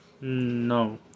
No